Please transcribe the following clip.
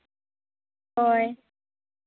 ᱦᱳᱭ